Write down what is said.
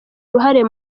uruhare